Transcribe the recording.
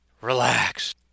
Relax